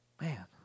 Man